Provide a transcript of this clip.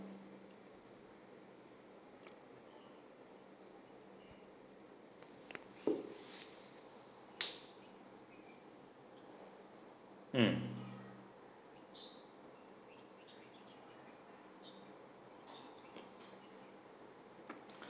mm